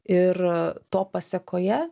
ir to pasekoje